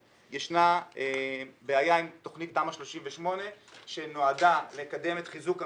יש בעיה עם תכנית תמ"א 38 שנועדה לקדם את חיזוק המבנים.